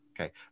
Okay